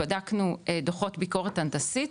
בדקנו דוחות ביקורת הנדסית,